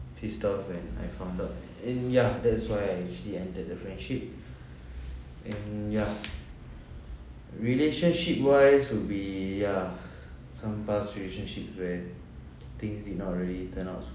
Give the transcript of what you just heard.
pissed off when I found out and ya that's why I actually ended the friendship and ya relationship wise would be ya some past relationship when things did not really turn out so